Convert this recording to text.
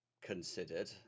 considered